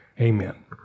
amen